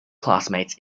classmates